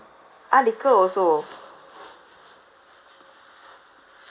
ah liquor also